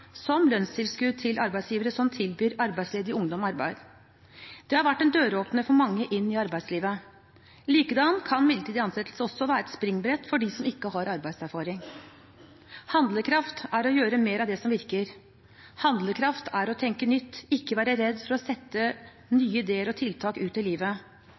som lønnstilskudd til arbeidsgivere som tilbyr arbeidsledig ungdom arbeid. Det har vært en døråpner for mange inn i arbeidslivet. Likedan kan midlertidig ansettelse også være et springbrett for dem som ikke har arbeidserfaring. Handlekraft er å gjøre mer av det som virker. Handlekraft er å tenke nytt og ikke være redd for å sette nye ideer og tiltak ut i livet.